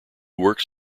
works